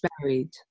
buried